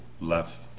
left